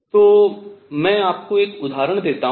तो मैं आपको एक उदाहरण देता हूँ